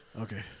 Okay